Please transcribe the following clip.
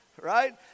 right